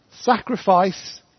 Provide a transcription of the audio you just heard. Sacrifice